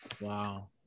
wow